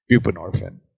buprenorphine